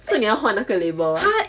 是你要换那个 label ah